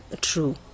True